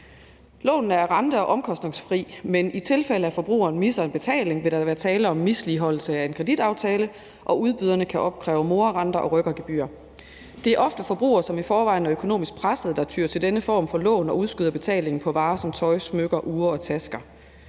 Lånene er rente- og omkostningsfri, men i tilfælde af, at forbrugeren misser en betaling, vil der være tale om misligholdelse af en kreditaftale, og udbyderen kan opkræve morarenter og rykkergebyrer. Det er ofte forbrugere, som i forvejen er økonomisk pressede, der tyer til denne form for lån og udskyder betalingen på varer som tøj, smykker, ure og tasker.